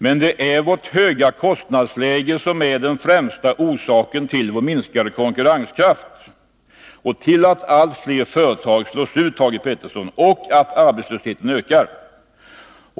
Men det är vårt höga kostnadsläge som är den främsta orsaken till vår minskade konkurrenskraft och till att allt fler företag slås ut, Thage Peterson, och till att arbetslösheten ökar.